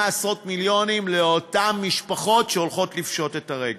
עשרות מיליונים לאותן משפחות שהולכות לפשוט את הרגל.